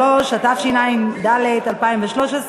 53), התשע"ד 2013,